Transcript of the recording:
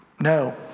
No